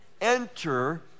enter